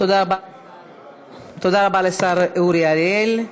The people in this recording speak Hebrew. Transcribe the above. תודה רבה לשר אורי אריאל.